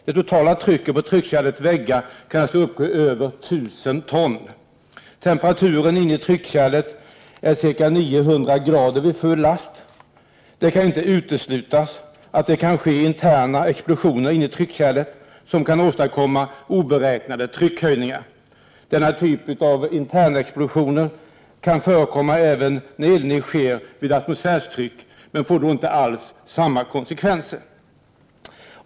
Det totala trycket på tryckkärlets väggar kan alltså uppgå till över tusen ton. Temperaturen inne i tryckkärlet är ca 900 grader vid full last. Det kan inte uteslutas att det kan ske interna explosioner inne i tryckkärlet, som kan åstadkommma oberäknade tryckhöjningar. Denna typ av internexplosioner kan förekomma även när eldning sker vid atmosfärstryck, men de får då inte alls samma konsekvenser.